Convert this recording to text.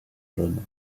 jaune